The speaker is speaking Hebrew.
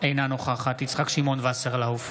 אינה נוכחת יצחק שמעון וסרלאוף,